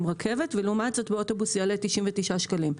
רכבת ולעומת זאת באוטובוס יעלה 99 שקלים.